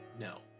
No